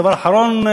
דבר אחרון,